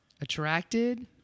attracted